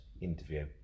interview